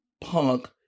Punk